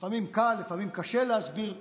שלפעמים קל ולפעמים קשה להסביר מהי,